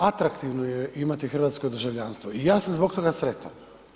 Atraktivno je imati hrvatsko državljanstvo i ja sam zbog toga sretan.